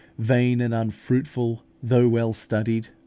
vain and unfruitful though well studied.